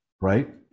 right